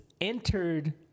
entered